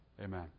Amen